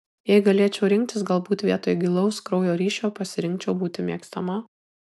jei galėčiau rinktis galbūt vietoj gilaus kraujo ryšio pasirinkčiau būti mėgstama